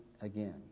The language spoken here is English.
again